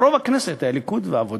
רוב הכנסת היה ליכוד ועבודה.